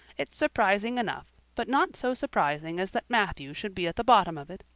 it's surprising enough but not so surprising as that matthew should be at the bottom of it,